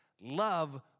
Love